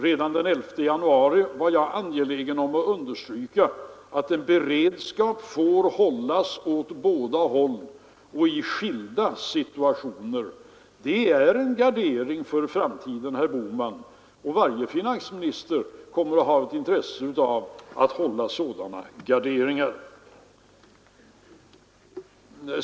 Redan den 11 januari var jag angelägen om att understryka att beredskap får hållas åt båda sidorna och i skilda situationer. Det är en gardering för framtiden, herr Bohman, och varje finansminister kommer att ha ett intresse av att hålla sådana garderingar.